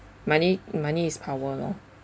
money money is power loh